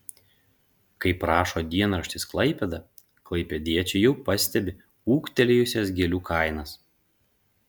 kaip rašo dienraštis klaipėda klaipėdiečiai jau pastebi ūgtelėjusias gėlių kainas